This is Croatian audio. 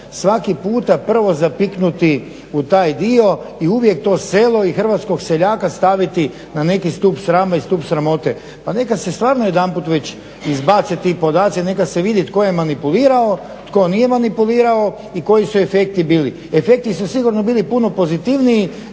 svaki puta prvo zapiknuti u taj dio i uvijek to selo i hrvatskog seljaka staviti na neki stup srama i stup sramote. Pa neka se stvarno već jedanput izbace ti podaci, neka se vidi tko je manipulirao, tko nije manipulirao i koji su efekti bili. Efekti su sigurno bili puno pozitivniji